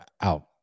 out